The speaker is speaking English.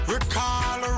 Recall